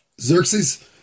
Xerxes